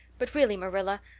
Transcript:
but really, marilla,